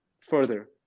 further